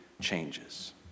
changes